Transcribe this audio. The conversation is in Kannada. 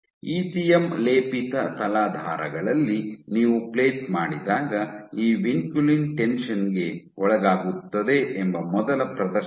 ಇಸಿಎಂ ಲೇಪಿತ ತಲಾಧಾರಗಳಲ್ಲಿ ನೀವು ಪ್ಲೇಟ್ ಮಾಡಿದಾಗ ಈ ವಿನ್ಕುಲಿನ್ ಟೆನ್ಷನ್ ಗೆ ಒಳಗಾಗುತ್ತದೆ ಎಂಬ ಮೊದಲ ಪ್ರದರ್ಶನ ಇದು